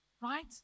right